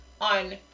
on